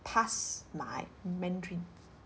pass my mandarin